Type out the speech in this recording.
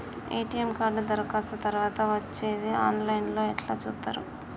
ATM card దరఖాస్తు తరువాత వచ్చేది ఆన్ లైన్ లో ఎట్ల చూత్తరు?